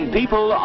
people